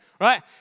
right